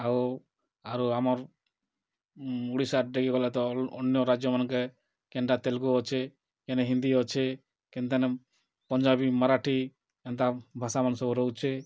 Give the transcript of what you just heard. ଆଉ ଆରୁ ଆମର୍ ଓଡ଼ିଶା ଡ଼େଗି ଗଲେ ତ ଅନ୍ୟ ରାଜ୍ୟମାନ୍କେ କେନ୍ଟା ତେଲ୍ଗୁ ଅଛେ କେନେ ହିନ୍ଦୀ ଅଛେ କେନ୍ ଠାନେ ପଞ୍ଜାବୀ ମରାଠି ଏନ୍ତା ଭାଷା ମାନେ ସବୁ ରହୁଛେ